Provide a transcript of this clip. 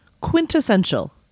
quintessential